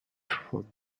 from